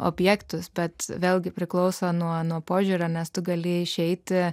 objektus bet vėlgi priklauso nuo požiūrio nes tu galėjai išeiti